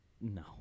No